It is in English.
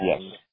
yes